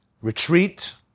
retreat